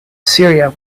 syria